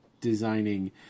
designing